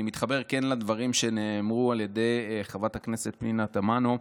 אני כן מתחבר לדברים שנאמרו על ידי חברת הכנסת פנינה תמנו,